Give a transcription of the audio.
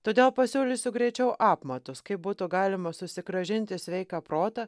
todėl pasiūlysiu greičiau apmatus kaip būtų galima susigrąžinti sveiką protą